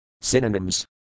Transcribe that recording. Synonyms